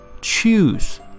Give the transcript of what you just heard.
Choose